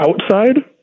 outside